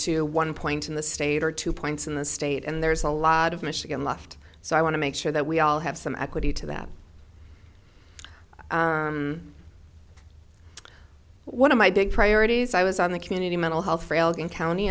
to one point in the state or two points in the state and there's a lot of michigan left so i want to make sure that we all have some equity to that one of my big priorities i was on the community mental health railgun county